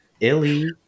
Illy